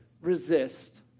resist